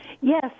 yes